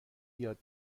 یاد